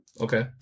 Okay